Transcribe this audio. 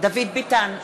דוד ביטן,